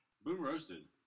Boom-roasted